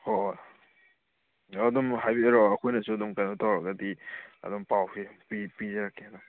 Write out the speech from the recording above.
ꯍꯣꯏ ꯍꯣꯏ ꯑꯗꯨꯝ ꯍꯥꯏꯕꯤꯔꯛꯑꯣ ꯑꯩꯈꯣꯏꯅꯁꯨ ꯑꯗꯨꯝ ꯀꯩꯅꯣ ꯇꯧꯔꯒꯗꯤ ꯑꯗꯨꯝ ꯄꯥꯎꯁꯦ ꯄꯤꯖꯔꯛꯀꯦ ꯑꯗꯨꯝ